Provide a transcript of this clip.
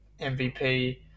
MVP